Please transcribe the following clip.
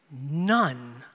none